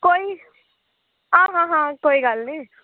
कोई आं हां हां कोई गल्ल नी